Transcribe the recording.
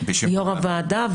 יו"ר הוועדה,